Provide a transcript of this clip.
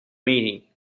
meeting